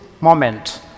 moment